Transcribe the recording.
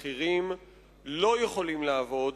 מחירים לא יכולים לעבוד,